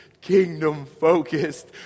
kingdom-focused